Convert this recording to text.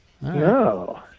no